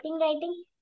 writing